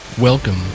Welcome